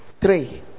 three